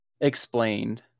explained